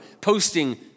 posting